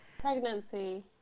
Pregnancy